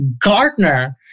Gartner